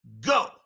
go